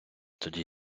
тоді